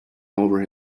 over